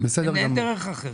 אין דרך אחרת.